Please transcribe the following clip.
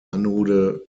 anode